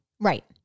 right